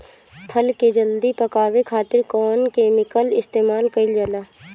फल के जल्दी पकावे खातिर कौन केमिकल इस्तेमाल कईल जाला?